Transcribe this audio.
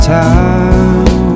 time